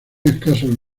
escasos